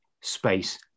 space